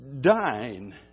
dying